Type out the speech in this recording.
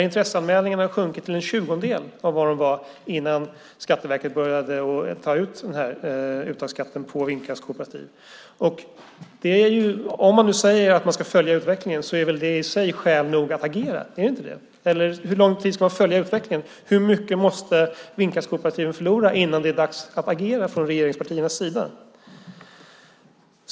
Intresseanmälningarna har sjunkit till en tjugondel av vad de var innan Skatteverket började ta ut uttagskatt på vindkraftskooperativ. Säger man att man ska följa utvecklingen är väl detta skäl nog att agera. Eller är det inte det? Hur mycket måste vindkraftskooperativen förlora innan det är dags att agera från regeringspartiernas sida?